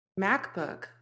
MacBook